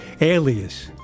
Alias